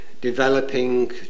developing